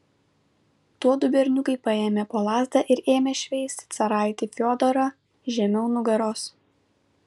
tuodu berniukai paėmė po lazdą ir ėmė šveisti caraitį fiodorą žemiau nugaros